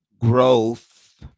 Growth